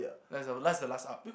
that's the that's the last arc